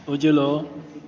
उजलो